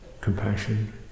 compassion